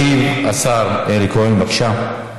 ישיב השר אלי כהן, בבקשה.